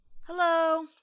Hello